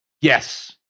yes